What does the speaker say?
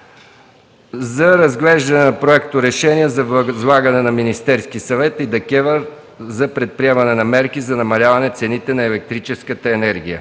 – за разглеждане на Проекторешение за възлагане на Министерския съвет и ДКЕВР за предприемане на мерки за намаляване цените на електрическата енергия.